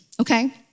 Okay